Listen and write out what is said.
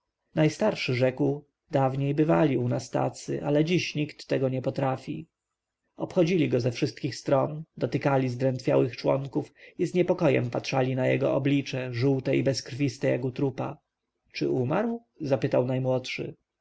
najstarszy rzekł dawniej bywali u nas tacy ale dziś nikt tego nie potrafi obchodzili go ze wszystkich stron dotykali zdrętwiałych członków i z niepokojem patrzyli na jego oblicze żółte i bezkrwiste jak u trupa czy umarł zapytał najmłodszy